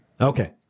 Okay